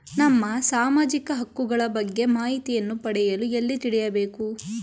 ನಮ್ಮ ಸಾಮಾಜಿಕ ಹಕ್ಕುಗಳ ಬಗ್ಗೆ ಮಾಹಿತಿಯನ್ನು ಪಡೆಯಲು ಎಲ್ಲಿ ತಿಳಿಯಬೇಕು?